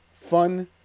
fun